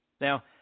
Now